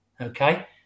okay